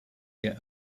get